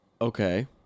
Okay